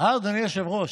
אדוני היושב-ראש?